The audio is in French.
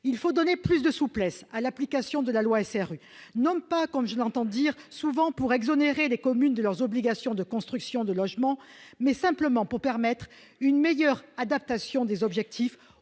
il faut donner plus de souplesse à l'application de la loi SRU, non pas, comme je l'entends dire souvent pour exonérer les communes de leurs obligations de construction de logements, mais simplement pour permettre une meilleure adaptation des objectifs